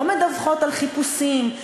לא מדווחות על חיפושים,